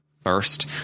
First